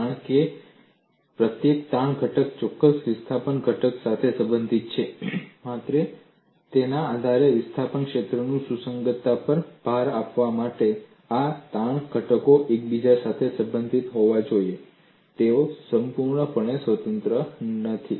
કારણ કે પ્રત્યેક તાણ ઘટક ચોક્કસ વિસ્થાપન ઘટક સાથે સંબંધિત છે માત્ર તેના આધારે વિસ્થાપન ક્ષેત્રની સુસંગતતા પર ભાર આપવા માટે આ તાણ ઘટકો એકબીજા સાથે સંબંધિત હોવા જોઈએ તેઓ સંપૂર્ણપણે સ્વતંત્ર નથી